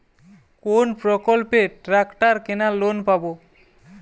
কোন প্রকল্পে ট্রাকটার কেনার লোন পাব?